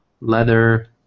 leather